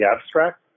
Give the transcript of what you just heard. abstract